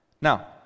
Now